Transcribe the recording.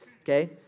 Okay